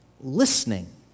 Listening